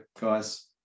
guys